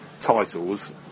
titles